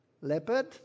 leopard